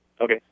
Okay